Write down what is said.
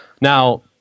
Now